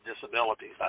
Disabilities